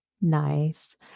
Nice